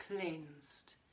cleansed